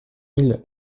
mille